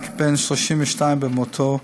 רק בן 32 במותו,